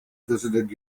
visited